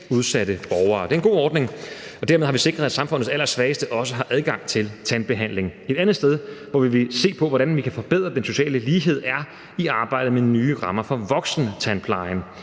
Det er en god ordning, og dermed har vi sikret, at samfundets allersvageste også har adgang til tandbehandling. Et andet sted, hvor vi vil se på, hvordan vi kan forbedre den sociale lighed, er i arbejdet med nye rammer for voksentandplejen.